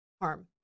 harm